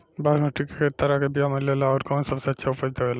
बासमती के कै तरह के बीया मिलेला आउर कौन सबसे अच्छा उपज देवेला?